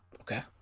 Okay